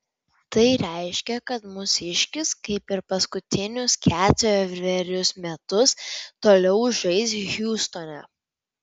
tai reiškia kad mūsiškis kaip ir paskutinius ketverius metus toliau žais hjustone